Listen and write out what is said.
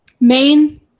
main